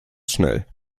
schnell